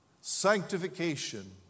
Sanctification